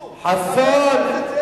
חסון.